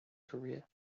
career